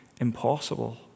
impossible